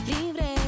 libre